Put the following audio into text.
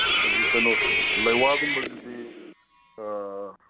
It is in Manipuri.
ꯀꯩꯅꯣꯁꯤꯗꯤ ꯂꯥꯏ ꯋꯥꯒꯨꯝꯕꯁꯤꯗꯤ